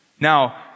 Now